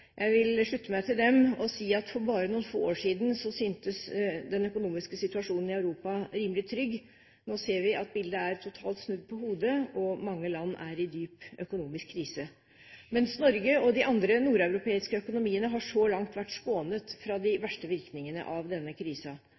Jeg vil slutte meg til dem og si at for bare noen få år siden syntes den økonomiske situasjonen i Europa rimelig trygg. Nå ser vi at bildet totalt er snudd på hodet, og mange land er i dyp økonomisk krise. Norge og de andre nordeuropeiske økonomiene har så langt vært skånet fra de verste virkningene av denne